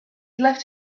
left